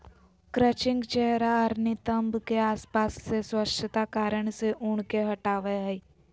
crutching चेहरा आर नितंब के आसपास से स्वच्छता कारण से ऊन के हटावय हइ